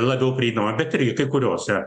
labiau prieinama bet irgi kai kuriose